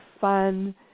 fun